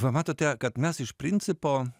va matote kad mes iš principo